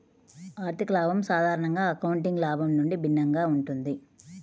ఆర్థిక లాభం సాధారణంగా అకౌంటింగ్ లాభం నుండి భిన్నంగా ఉంటుంది